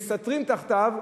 מסתתרים תחתיו,